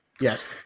Yes